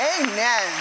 amen